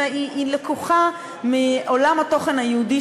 והצעת החוק לקוחה מעולם התוכן היהודי,